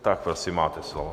Tak prosím, máte slovo.